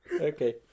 Okay